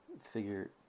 figure